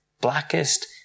Blackest